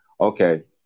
okay